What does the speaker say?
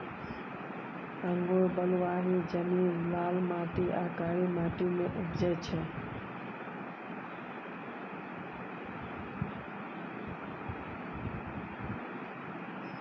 अंगुर बलुआही जमीन, लाल माटि आ कारी माटि मे उपजै छै